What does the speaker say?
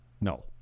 no